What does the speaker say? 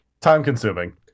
Time-consuming